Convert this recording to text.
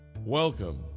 welcome